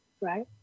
Right